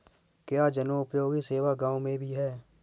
क्या जनोपयोगी सेवा गाँव में भी है?